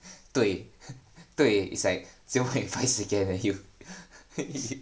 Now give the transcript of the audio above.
对对 it's like advice again eh you